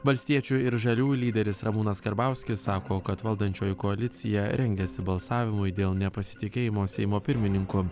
valstiečių ir žaliųjų lyderis ramūnas karbauskis sako kad valdančioji koalicija rengiasi balsavimui dėl nepasitikėjimo seimo pirmininku